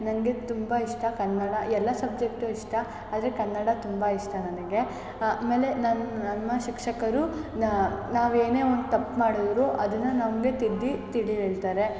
ನನಗೆ ತುಂಬ ಇಷ್ಟ ಕನ್ನಡ ಎಲ್ಲ ಸಬ್ಜೆಕ್ಟು ಇಷ್ಟ ಆದರೆ ಕನ್ನಡ ತುಂಬ ಇಷ್ಟ ನನಗೆ ಆಮೇಲೆ ನನ್ನ ನಮ್ಮ ಶಿಕ್ಷಕರು ನಾವು ಏನೇ ಒಂದು ತಪ್ಪು ಮಾಡಿದ್ರೂ ಅದನ್ನು ನಮಗೆ ತಿದ್ದಿ ತಿಳಿ ಹೇಳ್ತಾರೆ